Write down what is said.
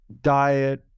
diet